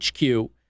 HQ